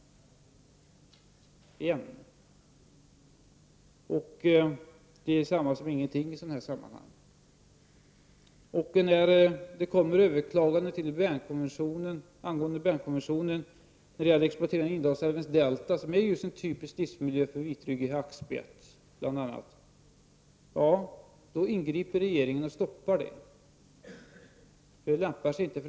Det är detsamma som ingen alls i ett sammanhang som detta. När en exploatering av Indalsälvens delta, som är en typisk livsmiljö för bl.a. vitryggig hackspett, överklagas till Bernkonventionen, då ingriper regeringen och stoppar exploateringen.